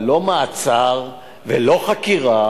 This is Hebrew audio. אבל לא מעצר ולא חקירה,